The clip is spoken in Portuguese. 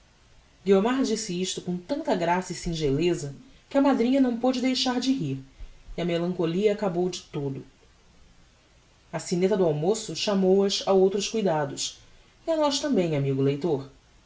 guiomar disse isto com tanta graça e singeleza que a madrinha não pôde deixar de rir e a melancolia acabou de todo a sineta do almoço chamou as a outros cuidados e a nós tambem amigo leitor